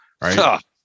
right